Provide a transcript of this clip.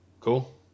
Cool